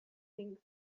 thinks